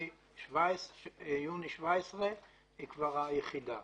מיוני 17' היא כבר היחידה,